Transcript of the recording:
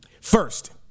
first